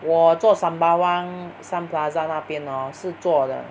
我做 Sembawang Sun Plaza 那边 orh 是坐的